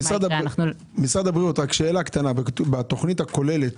משרד הבריאות, בתוכנית הכוללת